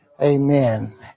Amen